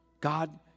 God